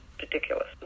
ridiculous